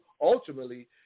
ultimately